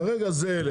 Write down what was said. כרגע זה אלה,